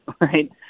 right